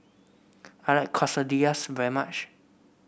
I like Quesadillas very much